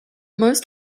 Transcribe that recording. most